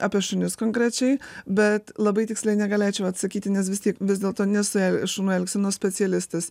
apie šunis konkrečiai bet labai tiksliai negalėčiau atsakyti nes vis tiek vis dėlto nesu šunų elgsenos specialistas